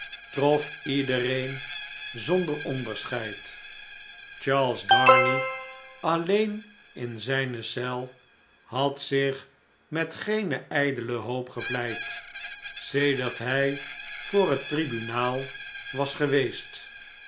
trof iedereen zonder onderscheid charles darnay alleen in zgne eel had zich met geene jjdele hoop gevleid sedert hjj voor het tribunaal was geweest